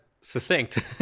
succinct